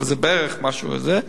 אבל זה בערך משהו כזה,